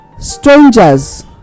strangers